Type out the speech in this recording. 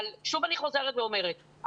שוב אני חוזרת ואומרת,